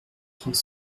trente